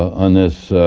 um this